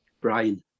Brian